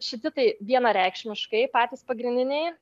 šiti tai vienareikšmiškai patys pagrindiniai